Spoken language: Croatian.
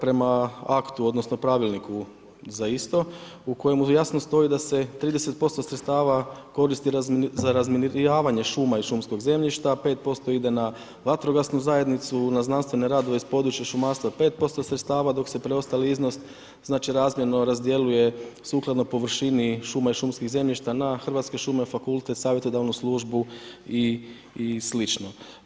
Prema aktu odnosno pravilniku za isto, u kojemu jasno stoji da se 30% sredstava koristi za razminiravanje šuma i šumskog zemljišta, 5% ide na vatrogasnu zajednicu, na znanstvene radove iz područja šumarstva 5% sredstava dok se preostali iznos razmjerno razdjeljuje sukladno površini šume i šumskih zemljišta na Hrvatske šume, fakultet, savjetodavnu službu i slično.